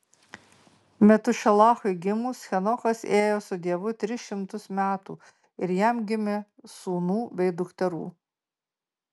metušelachui gimus henochas ėjo su dievu tris šimtus metų ir jam gimė sūnų bei dukterų